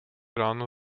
ráno